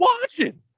watching